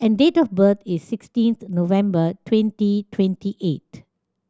and date of birth is sixteenth November twenty twenty eight